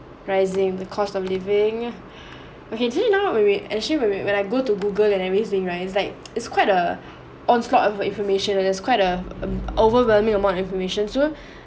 rising the cost of living okay do not worry actually when when when I go to google and everything right it's like it's quite a onslaught of information that there's quite a a overwhelming amount information so